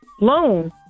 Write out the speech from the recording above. loan